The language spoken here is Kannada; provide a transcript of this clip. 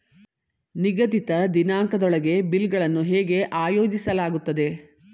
ನಿಗದಿತ ದಿನಾಂಕದೊಳಗೆ ಬಿಲ್ ಗಳನ್ನು ಹೇಗೆ ಆಯೋಜಿಸಲಾಗುತ್ತದೆ?